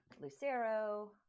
Lucero